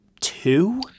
two